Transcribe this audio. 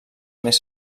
més